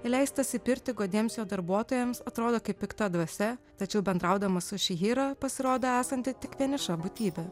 įleistas į pirtį godiems jo darbuotojams atrodo kaip pikta dvasia tačiau bendraudamas su šihira pasirodo esanti tik vieniša būtybė